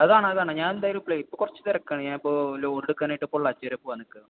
അതാണ് അതാണ് ഞാൻ എന്തായാലും ഇപ്പോളേ ഇപ്പോൾ കുറച്ച് തിരക്കാണ് ഞാനിപ്പോൾ ലോഡ് എടുക്കാനായിട്ട് പൊള്ളാച്ചിവരെ പോവാൻ നിൽക്കുവാണ്